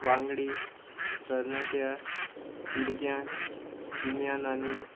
वांगडी तरणाट्या पिळग्यांक गिन्यान आनी